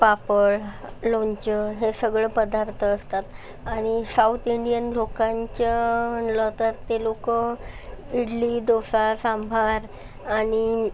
पापड लोणचं हे सगळं पदार्थ असतात आणि साऊथ इंडियन लोकांचं म्हटलं तर ते लोकं इडली डोसा सांभार आणि